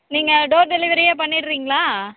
நீங்கள் டோர் டெலிவரியே பண்ணிவிடுறீங்களா